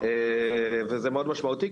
וזה מאוד משמעותי,